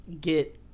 get